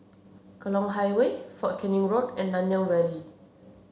Tekong Highway Fort Canning Road and Nanyang Valley